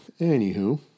Anywho